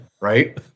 right